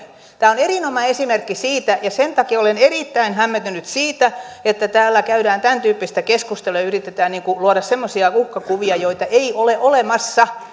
tämä on erinomainen esimerkki siitä ja sen takia olen erittäin hämmentynyt siitä että täällä käydään tämäntyyppistä keskustelua ja yritetään luoda semmoisia uhkakuvia joita ei ole olemassa